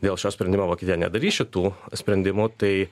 dėl šio sprendimo vokietija nedarys šitų sprendimų tai